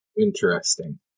Interesting